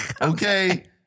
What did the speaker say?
Okay